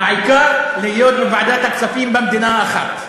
העיקר להיות בוועדת הכספים במדינה האחת.